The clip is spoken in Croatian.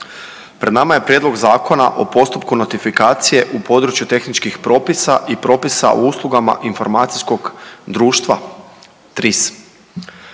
pred nama je Prijedlog Zakona o postupku notifikacije u području tehničkih propisa i propisa o usluga informacijskog društva TRIS.